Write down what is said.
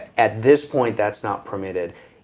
at this point that's not permitted.